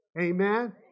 Amen